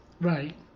Right